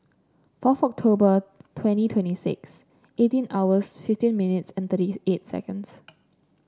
fourth October twenty twenty six eighteen hours fifteen minutes and thirty eight seconds